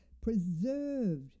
preserved